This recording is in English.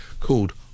called